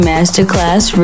Masterclass